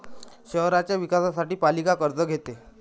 शहराच्या विकासासाठी पालिका कर्ज घेते